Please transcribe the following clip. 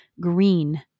Green